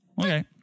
Okay